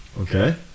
Okay